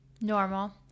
Normal